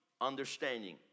understanding